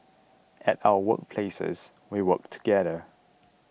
at our work places we work together